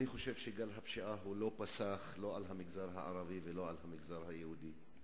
אני חושב שגל הפשיעה לא פסח לא על המגזר הערבי ולא על המגזר היהודי.